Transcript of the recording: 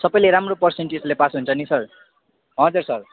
सबैले राम्रो पर्सेन्टेजले पास हुन्छ नि सर हजुर सर